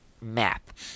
map